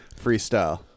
freestyle